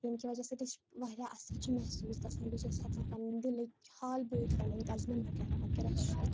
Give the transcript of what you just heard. ییٚمہِ کہِ وَجہ سۭتۍ اسہِ واریاہ اصل چھ مہسوس گژھان بیٚیہِ چھ أسۍ ہیٚکان پَننہِ دِلٕکۍ حال بٲوِتھ پَننٮ۪ن کَزنن وَغیرہ وَغیرہ